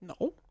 No